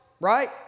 right